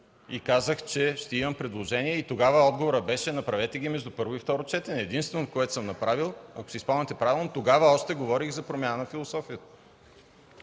и казах, че ще имам предложения. Тогава отговорът беше: „Направете ги между първо и второ четене”. Единственото, което съм направил, ако си спомняте правилно, още тогава говорих за промяна на философията.